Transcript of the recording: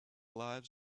lives